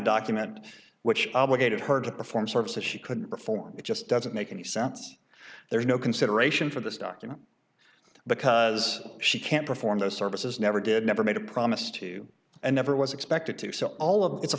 document which obligated her to perform services she couldn't perform it just doesn't make any sense there's no consideration for this doctor because she can't perform those services never did never made a promise to and never was expected to so all of it's a